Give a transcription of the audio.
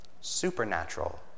supernatural